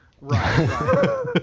Right